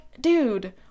dude